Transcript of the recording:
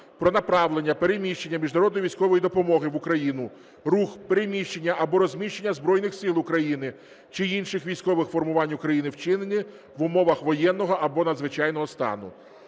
про направлення, переміщення міжнародної військової допомоги в Україну, рух, переміщення або розміщення Збройних Сил України чи інших військових формувань України, вчинене в умовах воєнного або надзвичайного стану.